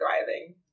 thriving